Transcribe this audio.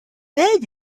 then